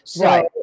Right